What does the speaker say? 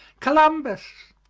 columbus.